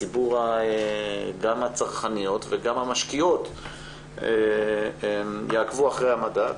ציבור גם הצרכניות וגם המשקיעות יעקבו אחרי המדד.